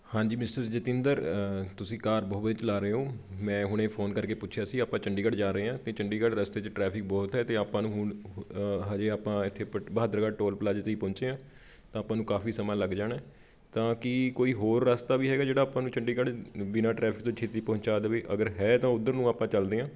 ਹਾਂਜੀ ਮਿਸਿਜ਼ ਜਤਿੰਦਰ ਤੁਸੀਂ ਕਾਰ ਬਹੁਤ ਵਧੀਆ ਚਲਾ ਰਹੇ ਹੋ ਮੈਂ ਹੁਣੇ ਫੋਨ ਕਰਕੇ ਪੁੱਛਿਆ ਸੀ ਆਪਾਂ ਚੰਡੀਗੜ੍ਹ ਜਾ ਰਹੇ ਹਾਂ ਅਤੇ ਚੰਡੀਗੜ੍ਹ ਰਸਤੇ 'ਚ ਟਰੈਫਿਕ ਬਹੁਤ ਹੈ ਅਤੇ ਆਪਾਂ ਨੂੰ ਹੁਣ ਹਜੇ ਆਪਾਂ ਇੱਥੇ ਪ ਬਹਾਦਰਗੜ੍ਹ ਟੋਲ ਪਲਾਜੇ 'ਤੇ ਹੀ ਪੁਹੰਚੇ ਹਾਂ ਤਾਂ ਆਪਾਂ ਨੂੰ ਕਾਫੀ ਸਮਾਂ ਲੱਗ ਜਾਣਾ ਤਾਂ ਕੀ ਕੋਈ ਹੋਰ ਰਸਤਾ ਵੀ ਹੈਗਾ ਜਿਹੜਾ ਆਪਾਂ ਨੂੰ ਚੰਡੀਗੜ੍ਹ ਬਿਨਾਂ ਟਰੈਫਿਕ ਤੋਂ ਛੇਤੀ ਪਹੁੰਚਾ ਦੇਵੇ ਅਗਰ ਹੈ ਤਾਂ ਉੱਧਰ ਨੂੰ ਆਪਾਂ ਚੱਲਦੇ ਹਾਂ